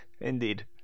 Indeed